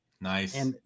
Nice